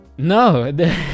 No